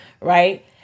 right